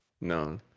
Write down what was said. no